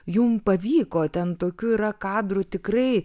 jum pavyko ten tokių yra kadrų tikrai